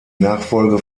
nachfolge